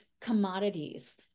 commodities